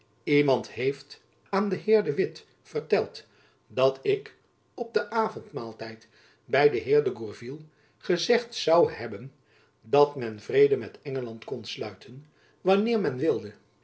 iemand heeft aan den heer de witt verteld dat ik op den avondmaaltijd by den heer de gourville gejacob van lennep elizabeth musch zegd zoû hebben dat men vrede met engeland kon sluiten wanneer men wilde